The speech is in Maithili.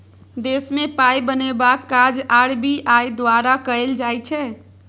देशमे पाय बनेबाक काज आर.बी.आई द्वारा कएल जाइ छै